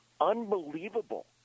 unbelievable